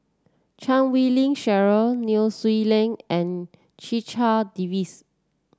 Chan Wei Ling Cheryl Nai Swee Leng and Checha Davies